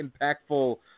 impactful